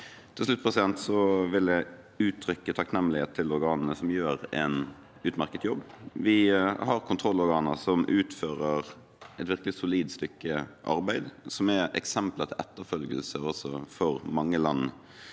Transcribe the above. Til slutt vil jeg uttrykke takknemlighet til organene, som gjør en utmerket jobb. Vi har kontrollorganer som utfører et virkelig solid stykke arbeid, og som er eksempler til etterfølgelse også for mange land